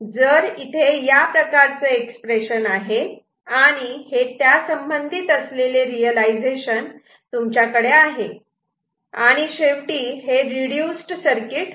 जर या प्रकारचे एक्सप्रेशन इथे आहे आणि हे त्यासंबंधित असलेले रियलायझेशन तुमच्याकडे आहे आणि शेवटी हे रिड्युसड सर्किट असे आहे